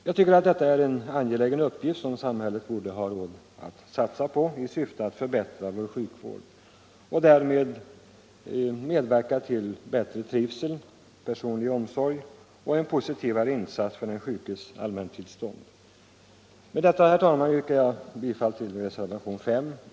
Jag tycker att detta är en angelägen uppgift som samhället borde ha råd att satsa på i syfte att förbättra vår sjukvård genom att medverka till personlig omsorg, bättre trivsel och en positivare insats för den sjukes allmäntillstånd.